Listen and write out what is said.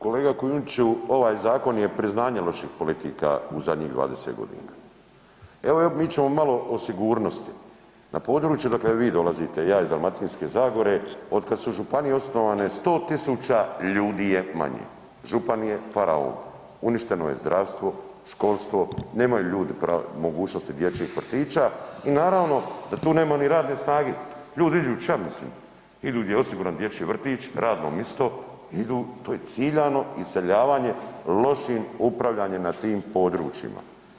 Kolega Kujundžiću, ovaj zakon je priznanje loših politika u zadnjih 20.g. Evo mi ćemo malo o sigurnosti, na području odakle vi dolazite i ja iz Dalmatinske zagore, otkad su županije osnovane 100 000 ljudi je manje, župan je faraon, uništeno je zdravstvo, školstvo, nemaju ljudi pravo, mogućnosti dječjih vrtića i naravno da tu nema ni radne snage, ljudi idu ća mislim, idu gdje je osiguran dječji vrtić, radno misto, idu, to je ciljano iseljavanje lošim upravljanjem na tim područjima.